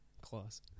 class